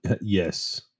Yes